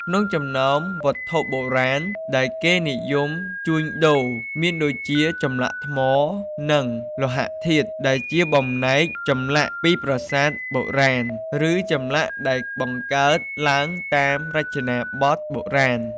ក្នុងចំណោមវត្ថុបុរាណដែលគេនិយមជួញដូរ មានដូចជា ចម្លាក់ថ្ម និងលោហៈធាតុ ដែលជាបំណែកចម្លាក់ពីប្រាសាទបុរាណ ឬចម្លាក់ដែលបង្កើតឡើងតាមរចនាបថបុរាណ។